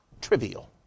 trivial